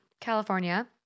California